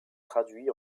traduit